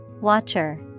Watcher